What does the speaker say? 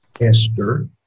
Esther